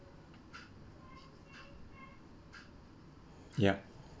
yup